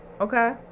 okay